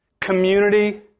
Community